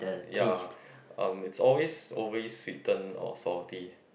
ya um it's always overly sweetened or salty